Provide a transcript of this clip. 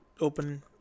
open